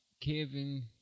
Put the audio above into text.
Kevin